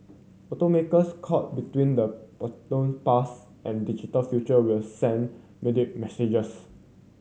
automakers caught between the past and digital future will send muddled messages